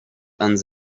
and